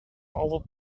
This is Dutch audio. alle